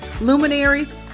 luminaries